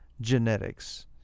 genetics